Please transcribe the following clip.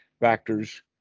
factors